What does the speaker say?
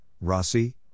Rossi